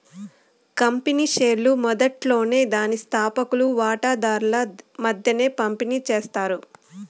company షేర్లు మొదట్లోనే దాని స్తాపకులు వాటాదార్ల మద్దేన పంపిణీ చేస్తారు